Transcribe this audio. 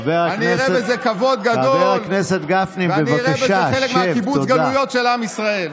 אני אראה בזה כבוד גדול ואני אראה בזה חלק מקיבוץ הגלויות של עם ישראל.